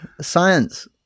Science